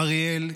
אריאל,